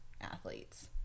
athletes